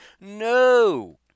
No